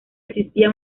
existía